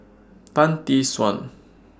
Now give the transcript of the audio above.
Tan Tee Suan